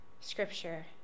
scripture